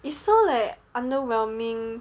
it's so like underwhelming